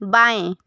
बाएं